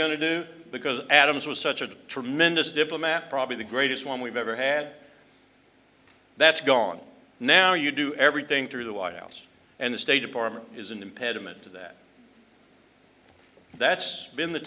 going to do because adams was such a tremendous diplomat probably the greatest one we've ever had that's gone now you do everything through the white house and the state department is an impediment to that that's been the